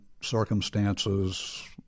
circumstances